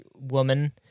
woman